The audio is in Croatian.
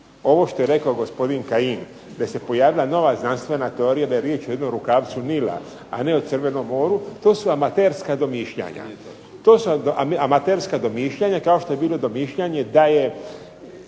ovo što je rekao gospodin Kajin da se pojavila nova znanstvena teorija da je riječ o jednom rukavcu Nila, a ne o Crvenom moru to su amaterska domišljanja. To su amaterska domišljanja kao što je bilo i domišljanje da je